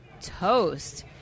toast